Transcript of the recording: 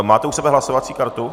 Máte u sebe hlasovací kartu?